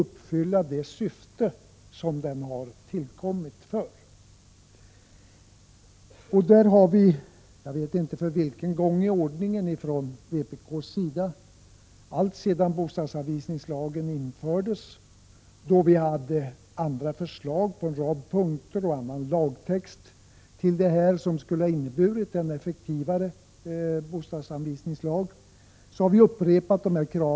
Vpk har — jag vet inte för vilken gång i ordningen — upprepat sina krav när det gäller bostadsanvisningslagen. Redan då lagen infördes hade vi andra förslag till lagtext på en rad punkter som skulle ha inneburit en effektivare bostadsanvisningslag.